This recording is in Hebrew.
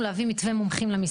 הצלחנו להביא מתווה מומחים למשרד.